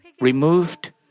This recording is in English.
removed